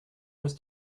was